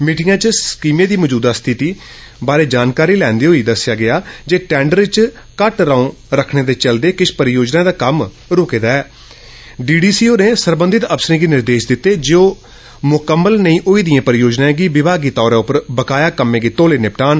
meeting इस स्कीमै दी मजूदा स्थिति बारै जानकारी लैंदे होई दस्सेया गेया जे टैंडर च कृष्ट रोंह रखने दे चलदे किच्छ परियोजनाएं दा कम्म रूके दा ऐ डीडीसी होरें सरबंधित अफसरें गी निर्देश दिते जे ओ मुकम्मल नेंई होई दिए परियोजनाएं गी विभागी तौर उप्पर बकाया कम्में गी तौले निपटारन